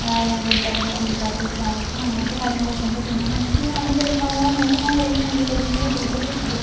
നമുക്ക് ഉൽപാദി ഉൽപാദിപ്പിക്കാൻ സഹായിക്കും അങ്ങനത്തെ കാര്യങ്ങൾ ഒക്കെ ഉണ്ട് പിന്നെ എന്ന് വെച്ചിട്ടുണ്ടെങ്കിൽ നമ്മൾ ചെടി നല്ലവണ്ണം നോക്കുന്നത് പോലെ ആയിരിക്കും നമുക്ക് ചെടീന്റെ കൂടുതലും ഇത്